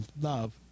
love